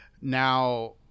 Now